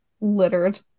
littered